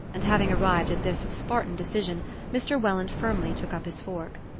and having arrived at this spartan decision mr. welland firmly took up his fork.